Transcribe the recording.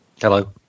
Hello